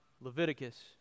Leviticus